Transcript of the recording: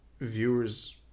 Viewers